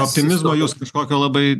optimizmo jūs kažkokio labai